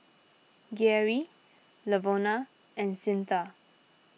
Geary Lavona and Cyntha